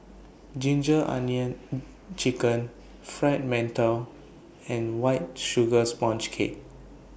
Ginger Onions Chicken Fried mantou and White Sugar Sponge Cake